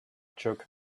jerk